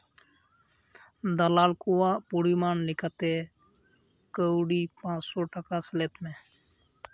ᱫᱟᱞᱟᱞ ᱠᱚᱣᱟᱜ ᱯᱚᱨᱤᱢᱟᱱ ᱞᱮᱠᱟᱛᱮ ᱠᱟᱹᱣᱰᱤ ᱯᱟᱥᱥᱳ ᱴᱟᱠᱟ ᱥᱮᱞᱮᱫ ᱢᱮ